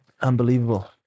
Unbelievable